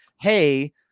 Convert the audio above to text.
Hey